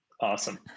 Awesome